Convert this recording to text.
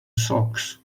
socks